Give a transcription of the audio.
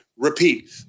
repeat